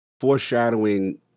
foreshadowing